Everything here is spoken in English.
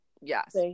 Yes